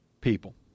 people